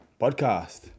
podcast